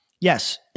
Yes